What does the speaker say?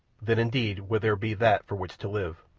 then, indeed, would there be that for which to live,